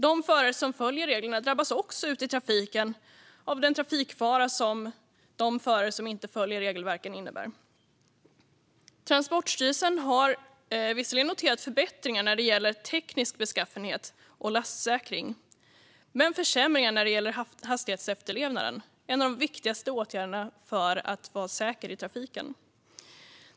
De förare som följer reglerna drabbas också ute i trafiken av den trafikfara som de förare som inte följer regelverken innebär. Transportstyrelsen har visserligen noterat förbättringar när det gäller teknisk beskaffenhet och lastsäkring men också försämringar när det gäller hastighetsefterlevnaden, som är en av de viktigaste åtgärderna för att vara säker i trafiken.